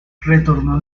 retornó